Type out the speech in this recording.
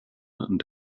und